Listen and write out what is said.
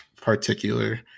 particular